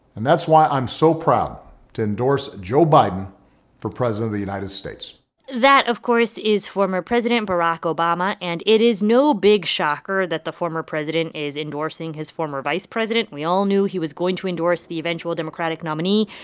and that's why i'm so proud to endorse joe biden for president of the united states that, of course, is former president barack obama. and it is no big shocker that the former president is endorsing his former vice president. we all knew he was going to endorse the eventual democratic nominee.